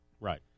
Right